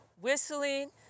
whistling